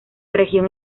región